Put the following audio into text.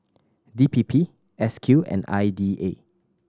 D P P S Q and I D A